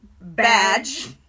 badge